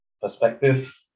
perspective